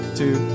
two